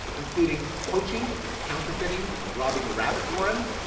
including poaching counterfeiting, robbing a rabbit warren,